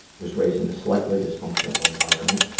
was raised in a slightly dysfunctional environment,